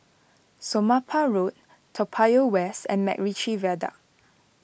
Somapah Road Toa Payoh West and MacRitchie Viaduct